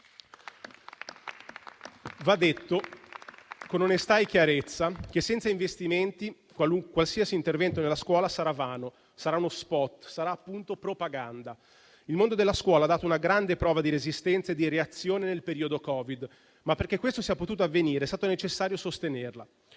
Va detto con onestà e chiarezza che, senza investimenti, qualsiasi intervento nella scuola sarà vano, sarà uno spot, sarà appunto propaganda. Il mondo della scuola ha dato una grande prova di resistenza e di reazione nel periodo Covid. Ma perché questo sia potuto avvenire è stato necessario sostenerla.